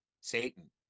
Satan